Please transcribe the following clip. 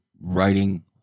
writing